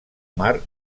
mar